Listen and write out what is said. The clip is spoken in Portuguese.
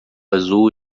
azul